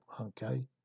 okay